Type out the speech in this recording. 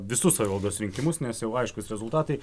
visus savivaldos rinkimus nes jau aiškūs rezultatai